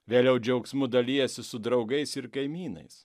vėliau džiaugsmu dalijasi su draugais ir kaimynais